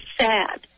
sad